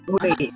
Wait